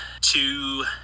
two